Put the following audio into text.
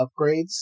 upgrades